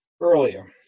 earlier